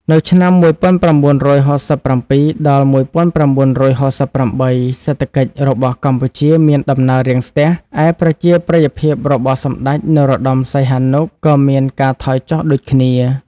នៅឆ្នាំ១៩៦៧ ដល់ ១៩៦៨ សេដ្ឋកិច្ចរបស់កម្ពុជាមានដំណើររាំងស្ទះ ឯប្រជាប្រិយភាពរបស់សម្តេច នរោត្តមសីហនុ ក៏មានការថយចុះដូចគ្នា។